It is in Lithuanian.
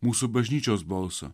mūsų bažnyčios balso